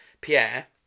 Pierre